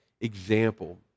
example